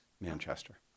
Manchester